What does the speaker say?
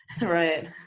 Right